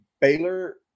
Baylor